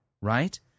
right